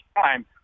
time